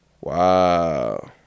Wow